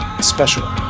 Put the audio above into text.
special